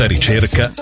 ricerca